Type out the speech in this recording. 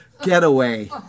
getaway